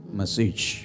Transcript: message